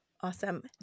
Awesome